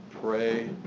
Pray